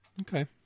Okay